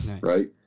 right